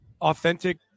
authentic